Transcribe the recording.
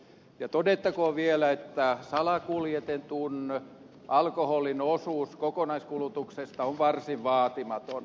ja todettakoon vielä että salakuljetetun alkoholin osuus kokonaiskulutuksesta on varsin vaatimaton